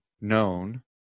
known